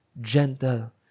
gentle